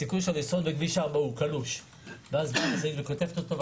הסיכוי שלו לשרוד בכביש 4 הוא קלוש כשבאה משאית וקוטפת אותו.